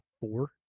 four